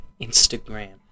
Instagram